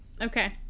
Okay